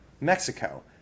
Mexico